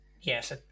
yes